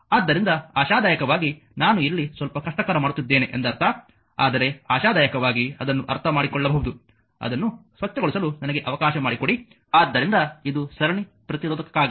ಆದ್ದರಿಂದ ಆಶಾದಾಯಕವಾಗಿ ನಾನು ಇಲ್ಲಿ ಸ್ವಲ್ಪ ಕಷ್ಟಕರ ಮಾಡುತ್ತಿದ್ದೇನೆ ಎಂದರ್ಥ ಆದರೆ ಆಶಾದಾಯಕವಾಗಿ ಅದನ್ನು ಅರ್ಥಮಾಡಿಕೊಳ್ಳಬಹುದು ಅದನ್ನು ಸ್ವಚ್ಛಗೊಳಿಸಲು ನನಗೆ ಅವಕಾಶ ಮಾಡಿಕೊಡಿ ಆದ್ದರಿಂದ ಇದು ಸರಣಿ ಪ್ರತಿರೋಧಕಕ್ಕಾಗಿ